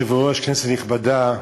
אדוני היושב-ראש, כנסת נכבדה,